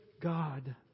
God